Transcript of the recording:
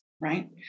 Right